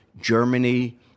Germany